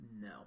No